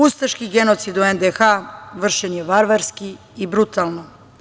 Ustaški genocid u NDH vršen je varvarski i brutalno.